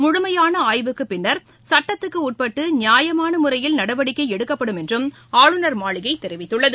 முழுமையானஆய்வுக்குப் பின்னர் சட்டத்துக்குஉட்பட்டுநியாயமானமுறையில் நடவடிக்கைஎடுக்கப்படும் என்றும் ஆளுநர் மாளிகைதெரிவித்துள்ளது